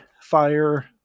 Fire